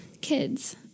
kids